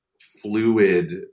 fluid